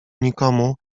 nikomu